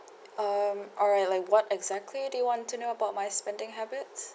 um alright like what exactly do you want to know about my spending habits